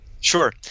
Sure